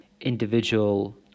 individual